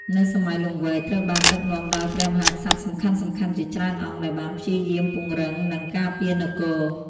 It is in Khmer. នៅសម័យលង្វែកត្រូវបានដឹកនាំដោយព្រះមហាក្សត្រសំខាន់ៗជាច្រើនអង្គ ដែលបានព្យាយាមពង្រឹង និងការពារនគរ។